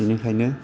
बिनिखायनो